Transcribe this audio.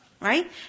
Right